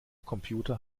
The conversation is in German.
computer